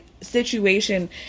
situation